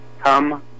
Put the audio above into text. come